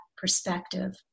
perspective